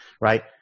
right